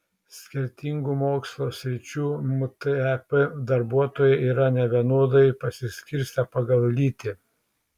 skirtingų mokslo sričių mtep darbuotojai yra nevienodai pasiskirstę pagal lytį